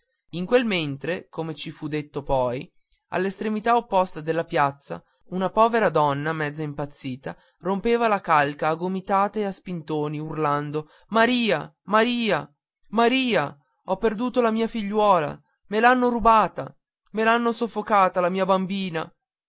in quel mentre come ci fu detto poi all'estremità opposta della piazza una povera donna mezzo impazzita rompeva la calca a gomitate e a spintoni urlando maria maria maria ho perduto la mia figliuola me l'hanno rubata e l hanno soffocato la mia bambina